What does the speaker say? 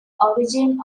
origin